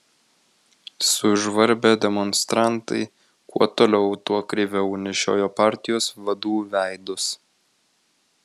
sužvarbę demonstrantai kuo toliau tuo kreiviau nešiojo partijos vadų veidus